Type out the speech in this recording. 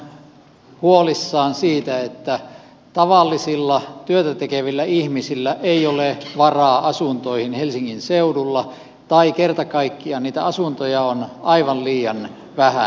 keskusta on huolissaan siitä että tavallisilla työtä tekevillä ihmisillä ei ole varaa asuntoihin helsingin seudulla tai kerta kaikkiaan niitä asuntoja on aivan liian vähän